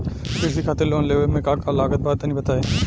कृषि खातिर लोन लेवे मे का का लागत बा तनि बताईं?